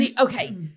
Okay